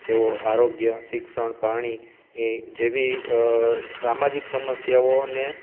તેઓ આરોગ્ય શિક્ષણ પાણી જેવી સામાજિક સમસ્યાઓને